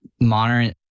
modern